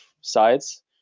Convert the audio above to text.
sides